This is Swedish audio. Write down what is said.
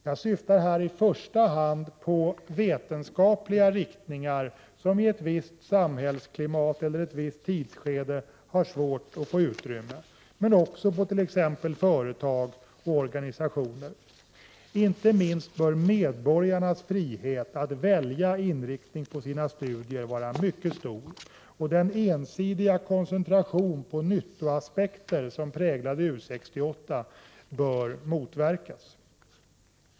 Jag syftar här i första hand på vetenskapliga riktningar, som i ett visst samhällsklimat eller ett visst tidsskede har svårt att få utrymme, men också på t.ex. företag och organisationer. Inte minst bör medborgarnas frihet att välja inriktning på sina studier vara mycket stor. Den ensidiga koncentration på nyttoaspekter som präglade U 68 bör motverkas.